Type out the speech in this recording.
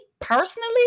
personally